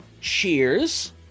cheers